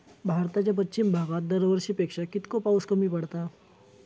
भारताच्या पश्चिम भागात दरवर्षी पेक्षा कीतको पाऊस कमी पडता?